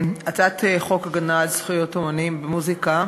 הצעת חוק הגנה על זכויות אמנים במוזיקה,